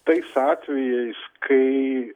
tais atvejais kai